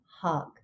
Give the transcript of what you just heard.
hug